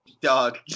Dog